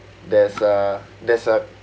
there's a there's a